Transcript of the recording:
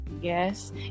Yes